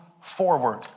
forward